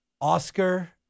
Oscar